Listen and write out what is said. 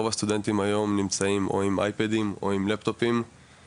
רוב הסטודנטים היום נמצאים עם אייפדים או לפטופים,